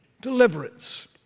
deliverance